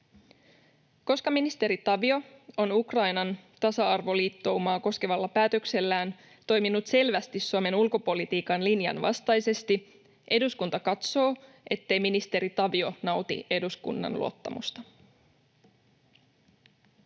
Koska ministeri Tavio on Ukrainan tasa-arvoliittoumaa koskevalla päätöksellään toiminut selvästi Suomen ulkopolitiikan linjan vastaisesti, eduskunta katsoo, ettei ministeri Tavio nauti eduskunnan luottamusta.